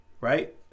Right